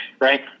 right